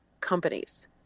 companies